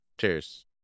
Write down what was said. Cheers